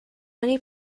many